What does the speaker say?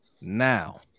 now